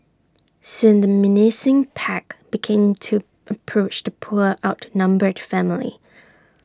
soon the menacing pack became to approach the poor outnumbered family